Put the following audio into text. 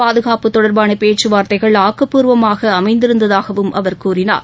பாதுகாப்பு தொடர்பான பேச்சுவார்த்தைகள் ஆக்கப்பூர்வமாக அமைந்திருந்ததாகவும் அவர் கூறினார்